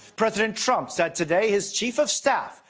president trump said today his chief of staff,